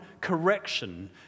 correction